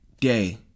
day